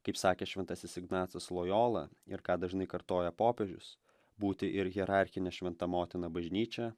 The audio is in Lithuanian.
kaip sakė šventasis ignacas lojola ir ką dažnai kartoja popiežius būti ir hierarchine šventa motina bažnyčia